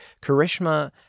Karishma